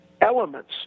elements